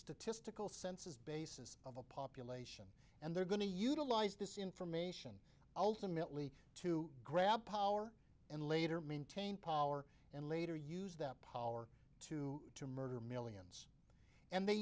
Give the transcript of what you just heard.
statistical census basis of a population and they're going to utilize this information ultimately to grab power and later maintain power and later use that power to to murder millions and they